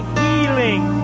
healing